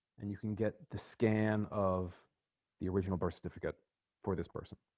and you can get the scan of the original birth certificate for this person